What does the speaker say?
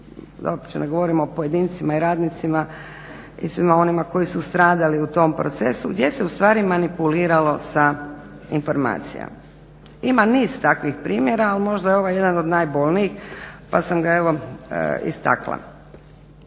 da uopće ne govorimo o pojedincima i radnicima i svima onima koji su stradali u tom procesu. Gdje se ustvari manipuliralo sa informacijama. Ima niz takvih primjera, ali možda je ovaj jedan od najbolnijih, pa sam ga evo istakla.